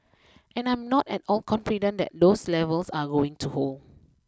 and I'm not at all confident that those levels are going to hold